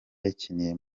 yakiniye